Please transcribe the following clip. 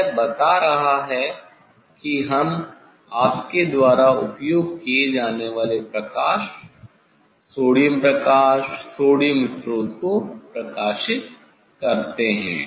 यह बता रहा है कि हम आपके द्वारा उपयोग किए जाने वाले प्रकाश सोडियम प्रकाश सोडियम स्रोत को प्रकाशित करते हैं